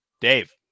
Dave